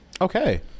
Okay